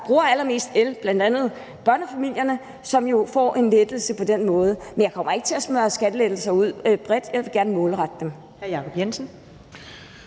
bruger allermest el, bl.a. børnefamilierne, som jo får en lettelse på den måde. Men jeg kommer ikke til at smøre skattelettelser ud bredt. Jeg vil gerne målrette dem.